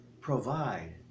provide